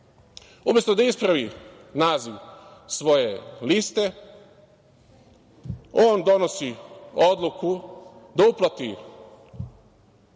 da ispravi naziv svoje liste, on donosi odluku da uplati